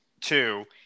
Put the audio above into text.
two